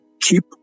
keep